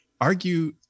Argue